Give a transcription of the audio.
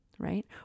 right